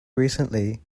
recently